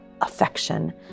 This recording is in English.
affection